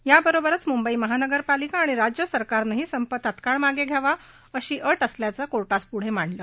याबरोबरच मुंबई महानगरपालिका आणि राज्य सरकारनंही संप तत्काळ मागे घ्यावा अशी अट असल्याचं कोर्टापुढं मांडलं